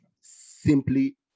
simply